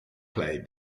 play